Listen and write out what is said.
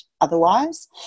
otherwise